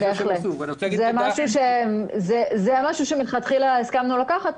זה משהו שמלכתחילה הסכמנו לקחת.